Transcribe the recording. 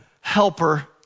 helper